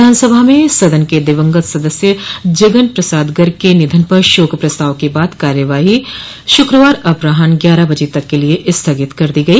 विधानसभा में सदन के दिवंगत सदस्य जगन प्रसाद गर्ग के निधन पर शोक प्रस्ताव के बाद कार्यवाही शुक्रवार अपरान्ह ग्यारह बजे तक के लिये स्थगित कर दी गई